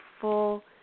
full